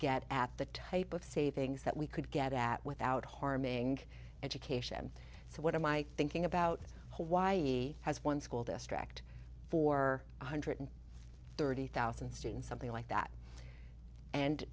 get at the type of savings that we could get at without harming education so what am i thinking about hawaii has one school district for one hundred thirty thousand students something like that and